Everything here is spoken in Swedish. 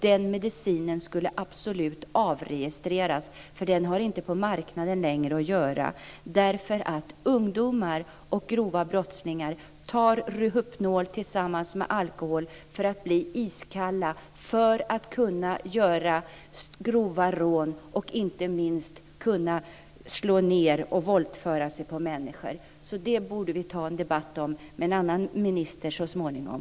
Den medicinen skulle absolut avregistreras, för den har inte längre på marknaden att göra. Ungdomar och grova brottslingar tar Rohypnol tillsammans med alkohol för att bli iskalla för att kunna utföra grova rån och inte minst slå ned och våldföra sig på människor. Det borde vi ta en debatt om med en annan minister så småningom.